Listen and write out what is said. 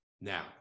Now